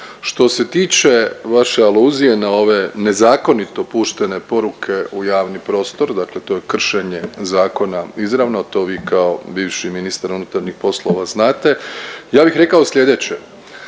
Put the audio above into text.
Što se tiče vaše aluzije na ove nezakonito puštene poruke u javni prostor, dakle to je kršenje zakona izravno, a to vi kao bivši ministar unutarnjih poslova znate, ja bih rekao sljedeće,